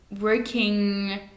working